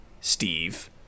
Steve